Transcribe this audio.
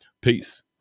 Peace